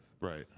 Right